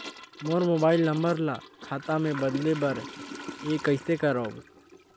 मोर mobile number ल खाता मे बदले बर हे कइसे करव?